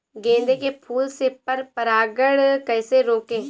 गेंदे के फूल से पर परागण कैसे रोकें?